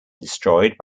destroyed